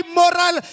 moral